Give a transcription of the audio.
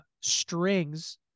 strings